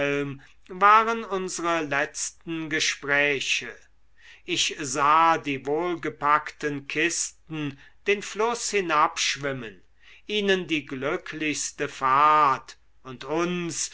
waren unsre letzten gespräche ich sah die wohlgepackten kisten den fluß hinabschwimmen ihnen die glücklichste fahrt und uns